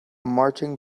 marching